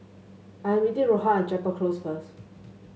I am meeting Rohan at Chapel Close first